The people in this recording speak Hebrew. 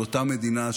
של אותה מדינה,